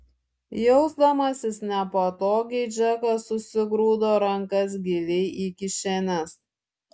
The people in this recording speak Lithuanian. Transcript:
jausdamasis nepatogiai džekas susigrūdo rankas giliai į kišenes